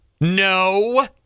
No